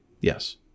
Yes